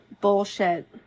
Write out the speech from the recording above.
bullshit